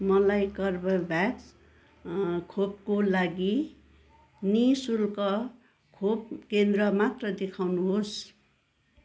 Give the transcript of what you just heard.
मलाई कर्बेभ्याक्स खोपको लागि नि शुल्क खोप केन्द्र मात्र देखाउनुहोस्